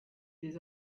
les